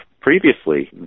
previously